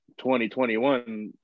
2021